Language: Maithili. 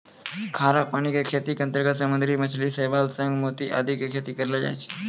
खारा पानी के खेती के अंतर्गत समुद्री मछली, शैवाल, शंख, मोती आदि के खेती करलो जाय छै